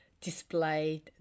displayed